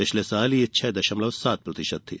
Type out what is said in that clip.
पिछले साल यह छह दशमलव सात प्रतिशत थी